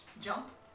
jump